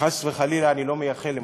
חס וחלילה, אני לא מייחל למותו,